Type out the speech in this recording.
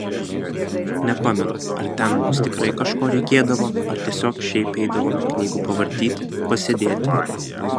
nepamenu ar ten mums tikrai kažko reikėdavo ar tiesiog šiaip eidavome knygų pavartyti pasėdėti